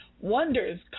Wonders